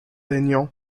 aignan